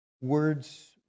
words